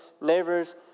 neighbors